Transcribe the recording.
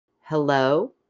Hello